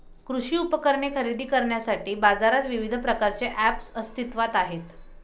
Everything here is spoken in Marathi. कृषी उपकरणे खरेदी करण्यासाठी बाजारात विविध प्रकारचे ऐप्स अस्तित्त्वात आहेत